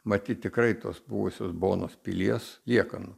matyt tikrai tos buvusios bonos pilies liekanų